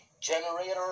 generator